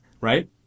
right